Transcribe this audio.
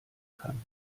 kann